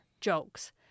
jokes